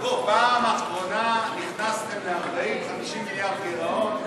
שבפעם האחרונה נכנסתם ל-40 50 מיליארד גירעון,